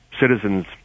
Citizens